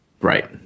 Right